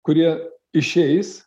kurie išeis